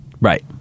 right